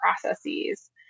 processes